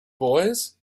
boys